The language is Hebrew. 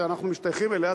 ואנחנו משתייכים אליה,